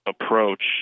approach